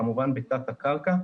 כמובן בתת הקרקע,